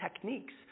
techniques